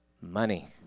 money